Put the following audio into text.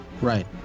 Right